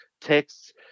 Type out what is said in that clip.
texts